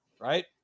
right